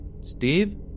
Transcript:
Steve